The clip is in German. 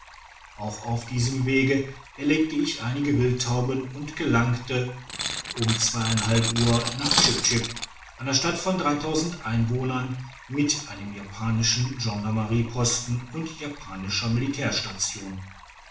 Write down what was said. auch auf diesem wege erlegte ich einige wildtauben und gelangte um uhr nach chip chip einer stadt von einwohnern mit einem japanischen gendarmerie posten und japanischer